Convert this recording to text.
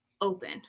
open